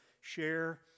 share